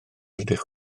ydych